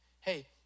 Hey